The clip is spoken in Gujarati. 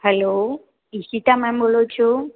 હેલો ઈશિતા મેમ બોલો છો